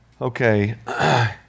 Okay